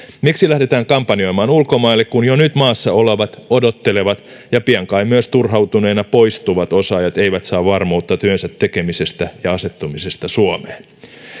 miksi lähdetään kampanjoimaan ulkomaille kun jo nyt maassa olevat odottelevat ja pian kai myös turhautuneina poistuvat osaajat eivät saa varmuutta työnsä tekemisestä ja asettumisesta suomeen